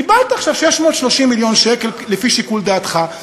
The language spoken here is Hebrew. קיבלת עכשיו 630 מיליון שקל לפי שיקול דעתך.